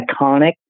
iconic